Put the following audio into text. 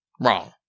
Wrong